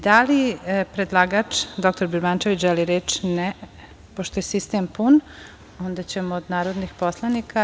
Da li predlagač dr Birmančević želi reč? (Ne) Pošto je sistem pun, onda ćemo od narodnih poslanika.